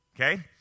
Okay